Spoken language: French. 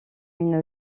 une